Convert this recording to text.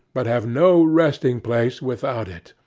but have no resting-place without it.